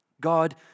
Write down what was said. God